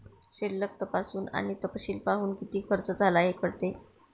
शिल्लक तपासून आणि तपशील पाहून, किती खर्च झाला हे कळते